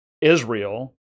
Israel